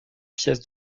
pièces